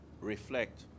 reflect